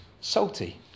salty